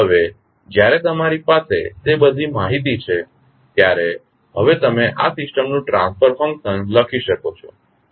હવે જ્યારે તમારી પાસે તે બધી માહિતી છે ત્યારે હવે તમે આ સિસ્ટમનું ટ્રાન્સફર ફંક્શન લખી શકો છો